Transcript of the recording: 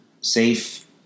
safe